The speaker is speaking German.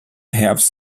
herbst